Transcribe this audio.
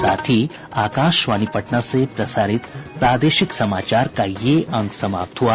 इसके साथ ही आकाशवाणी पटना से प्रसारित प्रादेशिक समाचार का ये अंक समाप्त हुआ